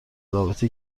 رابطه